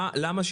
למה?